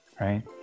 right